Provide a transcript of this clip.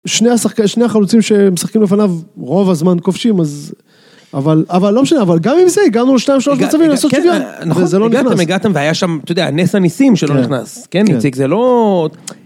שני החלוצים שהם משחקים לפניו, רוב הזמן כובשים, אז... אבל לא משנה, אבל גם עם זה הגענו שניים, שלוש, מצבים, לנסות שוויון. נכון, הגעתם, הגעתם והיה שם, אתה יודע, נס הניסים שלא נכנס. כן, איציק, זה לא...